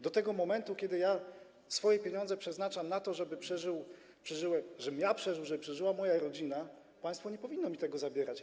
Do tego momentu, do którego ja swoje pieniądze przeznaczam na to, żeby przeżyć, tak żebym ja przeżył, żeby przeżyła moja rodzina, państwo nie powinno mi ich zabierać.